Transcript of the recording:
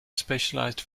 specialised